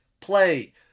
play